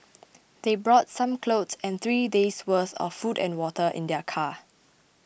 they brought some clothes and three days' worth of food and water in their car